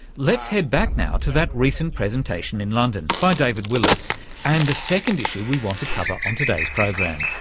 let's head back now to that recent presentation in london by david willetts and the second issue we want to cover on today's program.